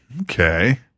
Okay